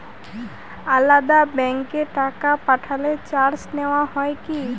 আলাদা ব্যাংকে টাকা পাঠালে চার্জ নেওয়া হয় কি?